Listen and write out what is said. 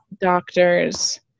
doctors